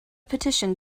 petition